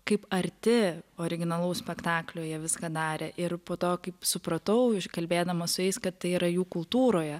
kaip arti originalaus spektaklio jie viską darė ir po to kaip supratau kalbėdama su jais kad tai yra jų kultūroje